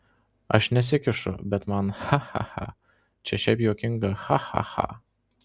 aš nesikišu bet man cha cha cha čia šiaip juokinga cha cha cha